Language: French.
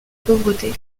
pauvreté